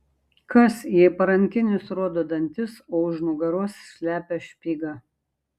kas jei parankinis rodo dantis o už nugaros slepia špygą